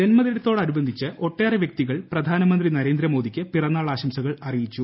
ജന്മദിനത്തോടനുബന്ധിച്ച് ഒട്ടേറെ വ്യക്തികൾ പ്രധാനമന്ത്രി നരേന്ദ്ര മോദിക്ക് പിറന്നാൾ ആശംസകൾ അറിയിച്ചു